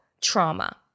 trauma